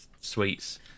sweets